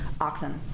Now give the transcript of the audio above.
oxen